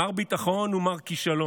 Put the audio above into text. מר ביטחון הוא מר כישלון.